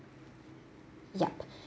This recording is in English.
yup